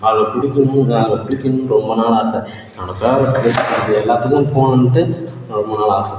அதில் குளிக்கும் போது நான் அதில் குளிக்கணும்னு ரொம்ப நாள் ஆசை என்னோடய ஃபேவ்ரெட் ப்ளேஸ் இதுக்கு எல்லாத்துக்கும் போகணுட்டு எனக்கு ரொம்ப நாள் ஆசை